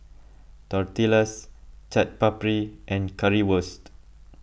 Tortillas Chaat Papri and Currywurst